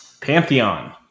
Pantheon